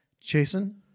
Jason